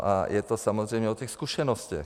A je to samozřejmě o těch zkušenostech.